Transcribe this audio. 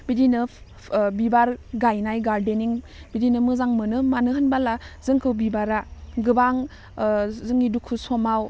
बिदिनो बिबार गायनाय गार्डेनिं बिदिनो मोजां मोनो मानो होनबाला जोंखौ बिबारा गोबां जोंनि दुखु समाव